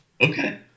Okay